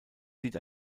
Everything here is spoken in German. sieht